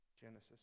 genesis